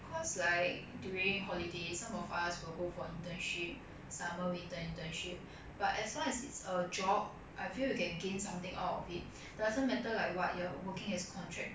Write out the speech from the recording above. cause like during holiday some of us will go for internship summer winter internship but as long as it's a job I feel you can gain something out of it doesn't matter like what you are working as contract